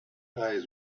eyes